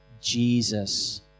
Jesus